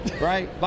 right